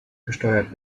gesteuert